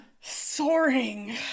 soaring